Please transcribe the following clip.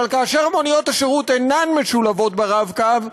אבל כאשר מוניות השירות אינן משולבות ב"רב-קו",